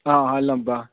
आं लम्बा